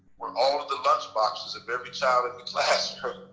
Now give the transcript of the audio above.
were all of the lunch boxes of every child in the classroom.